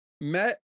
met